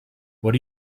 what